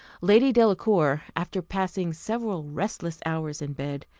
lady delacour, after passing several restless hours in bed,